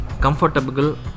comfortable